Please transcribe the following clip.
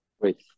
Wait